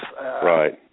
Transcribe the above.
Right